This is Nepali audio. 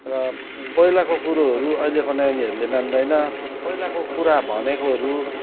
र पहिलाको कुरोहरू अहिलेको नानीहरूले मान्दैन पहिलाको कुरा भनेकोहरू